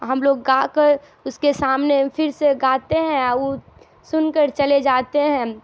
ہم لوگ گا کر اس کے سامنے پھر سے گاتے ہیں وہ سن کر چلے جاتے ہیں